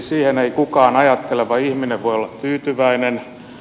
siihen ei kukaan ajatteleva ihminen voi olla tyytyväinen